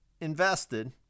invested